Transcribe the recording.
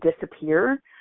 disappear